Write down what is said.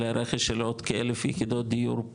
לרכש של עוד כאלף יחידות דיור,